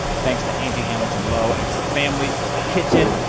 thanks to angie hamilton-lowe and her family for the kitchen.